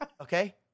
Okay